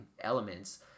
elements